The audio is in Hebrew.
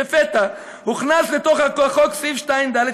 לפתע הוכנס לתוך החוק סעיף 2(ד),